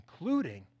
including